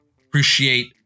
appreciate